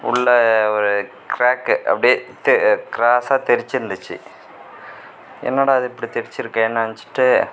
உள்ளே ஒரு கிராக்கு அப்படியே கிராஸ்ஸாக தெறிச்சிருந்துச்சு என்னடா இது இப்படி தெறிச்சிருக்கேன்னு நினச்சிட்டு